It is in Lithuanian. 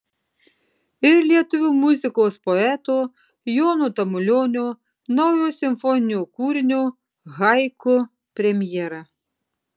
ir lietuvių muzikos poeto jono tamulionio naujo simfoninio kūrinio haiku premjera